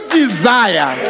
desire